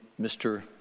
Mr